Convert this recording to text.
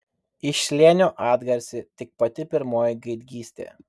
iš slėnio atgarsi tik pati pirmoji gaidgystė